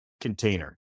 container